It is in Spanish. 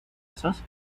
esos